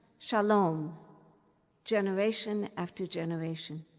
shalom generation after generation.